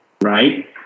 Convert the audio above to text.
right